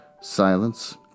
silence